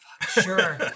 Sure